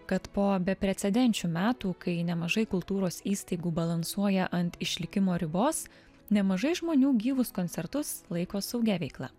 kad po beprecedenčių metų kai nemažai kultūros įstaigų balansuoja ant išlikimo ribos nemažai žmonių gyvus koncertus laiko saugia veikla